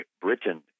Britain